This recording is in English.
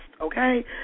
okay